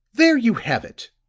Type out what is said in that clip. there you have it,